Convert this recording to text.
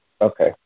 okay